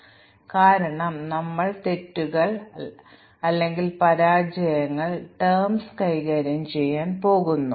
അതിനാൽ ഒരു നിർദ്ദിഷ്ട സ്റ്റേറ്റ്മെൻറ് ഇല്ലാതാക്കുമ്പോൾ നമുക്ക് ഒരു മ്യൂട്ടന്റ് ലഭിക്കും